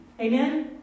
Amen